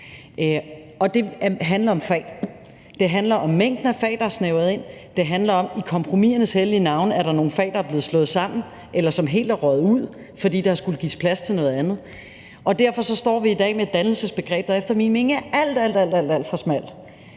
Det handler om fag, det handler om mængden af fag, der er snævret ind, det handler om, at der i kompromisernes hellige navne er nogle fag, der er blevet slået sammen, eller som helt er røget ud, fordi der skulle gives plads til noget andet. Derfor står vi i dag med et dannelsesbegreb, der efter min mening er alt, alt, alt for smalt.